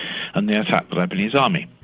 and they attack the lebanese army.